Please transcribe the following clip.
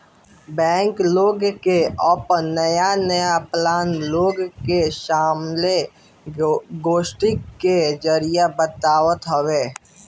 bank लोग के आपन नया नया प्लान लोग के सम्मलेन, गोष्ठी के जरिया से बतावत हवे